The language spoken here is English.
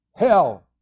Hell